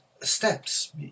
steps